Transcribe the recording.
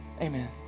Amen